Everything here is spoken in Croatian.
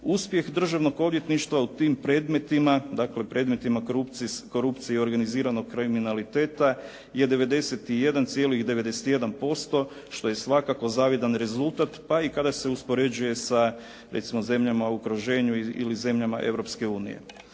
Uspjeh državnog odvjetništva u tim predmetima, dakle predmetima korupcije, organiziranog kriminaliteta je 91,91% što je svakako zavidan rezultat pa i kada se uspoređuje sa recimo zemljama u okruženju ili zemljama Europske unije.